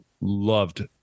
loved